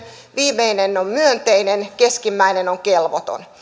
viimeinen on myönteinen keskimmäinen on kelvoton